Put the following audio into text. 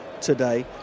today